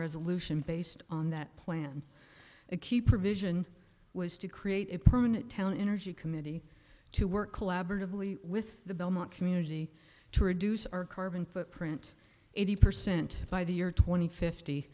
resolution based on that plan a key provision was to create a permanent town energy committee to work collaboratively with the belmont community to reduce our carbon footprint eighty percent by the year tw